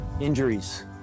Injuries